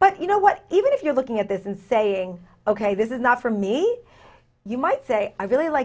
but you know what even if you're looking at this and saying ok this is not for me you might say i really like